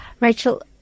Rachel